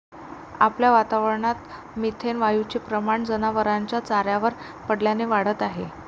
आपल्या वातावरणात मिथेन वायूचे प्रमाण जनावरांच्या चाऱ्यावर पडल्याने वाढत आहे